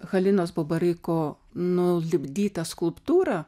halinos pabariko nulipdytą skulptūrą